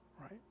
Right